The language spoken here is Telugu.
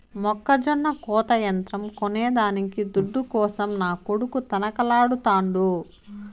మొక్కజొన్న కోత యంత్రం కొనేదానికి దుడ్డు కోసం నా కొడుకు తనకలాడుతాండు